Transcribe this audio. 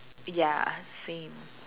ya same